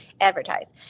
advertise